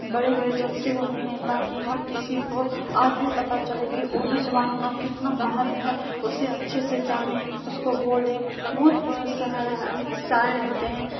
بڑے بڑے جلسے ہوتے ہیں تاکہ ہر کسی کو آج بھی پتہ چلے کہ اردو زبان کا کتنا مہتو ہے اسے اچھے سے جانیں اس کو بولیں بہت بڑے شاعر ہیں شاعر ہوتے ہیں